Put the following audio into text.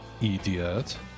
Idiot